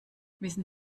wissen